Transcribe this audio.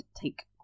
take